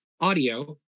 audio